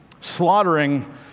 slaughtering